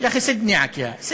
להלן תרגומם לעברית: אח שלי,